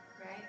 Right